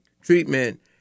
treatment